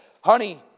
honey